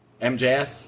MJF